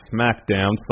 SmackDown